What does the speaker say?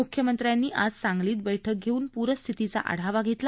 मुख्यमंत्र्यांनी आज सांगलीत बैठक घेऊन प्रस्थितीचा आढावा घेतला